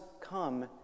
come